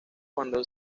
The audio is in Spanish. cuando